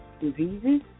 diseases